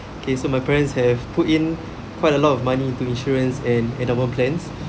okay so my parents have put in quite a lot of money to insurance and endowment plans